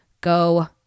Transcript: Go